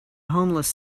homeless